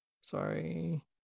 Sorry